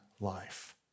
life